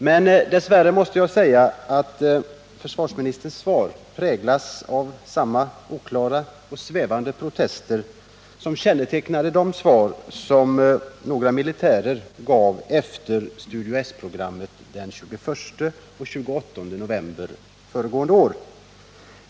Men jag måste säga att försvarsministerns svar dess värre präglas av samma oklara och svävande protester som kännetecknade de svar som några militärer gav efter Studio S-programmen den 21 och 28 november förra året.